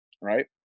right